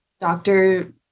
Doctor